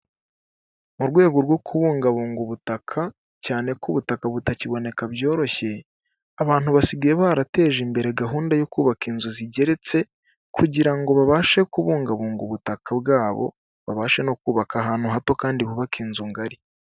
Mu rwego rwo kubungabunga ubutaka cyane ko ubutaka butakiboneka byoroshye, abantu basigaye barateje imbere gahunda yo kubaka inzu zigeretse, kugira ngo babashe kubungabunga ubutaka bwabo, babashe no kubaka ahantu hato kandi bubake inzu ngari.